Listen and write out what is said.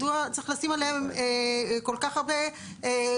מדוע צריך לשים עליהן כל כך הרבה קשיים.